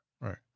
Right